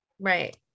Right